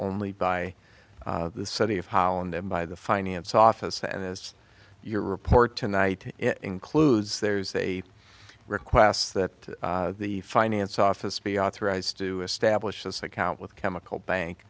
only by the city of holland and by the finance office and as your report tonight includes there's a request that the finance office be authorized to establish this account with chemical bank